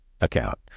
account